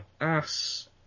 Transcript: ass